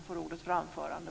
Fru talman!